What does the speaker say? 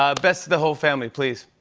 um best to the whole family, please.